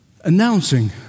announcing